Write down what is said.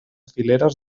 fileres